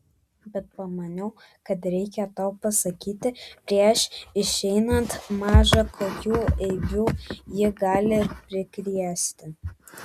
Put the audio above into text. bet pamaniau kad reikia tau pasakyti prieš išeinant maža kokių eibių ji gali prikrėsti